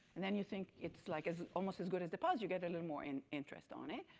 and then you think it's like as almost as good as deposit, you get a little more and interest on it.